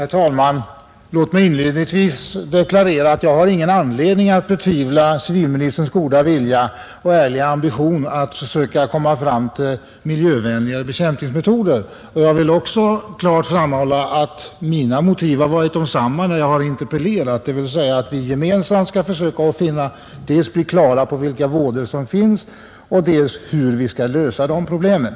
Herr talman! Låt mig inledningsvis deklarera att jag inte har någon anledning att betvivla civilministerns goda vilja och ärliga ambition att försöka komma fram till miljövänligare bekämpningsmetoder. Jag vill också klart framhålla att mina motiv har varit desamma när jag har interpellerat, dvs. en önskan att vi gemensamt skall försöka bli klara över dels vilka vådor som finns, dels hur vi skall lösa problemen.